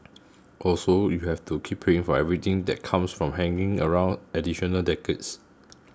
also you have to keep paying for everything that comes from hanging around additional decades